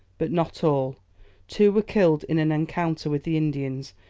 but not all two were killed in an encounter with the indians,